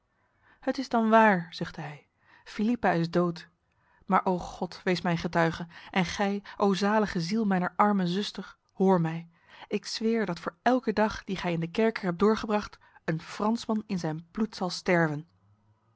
het is dan waar zuchtte hij philippa is dood maar o god wees mij getuige en gij o zalige ziel mijner arme zuster hoor mij ik zweer dat voor elke dag die gij in de kerker hebt doorgebracht een fransman in zijn bloed zal sterven